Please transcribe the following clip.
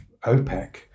OPEC